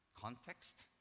context